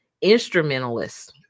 instrumentalists